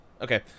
Okay